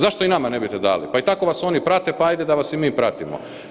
Zašto i nama ne biste dali, pa i tako vas oni prate, pa hajde da vas i mi pratimo.